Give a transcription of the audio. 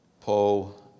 Paul